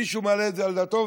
מישהו מעלה את זה על דעתו?